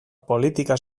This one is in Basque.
politika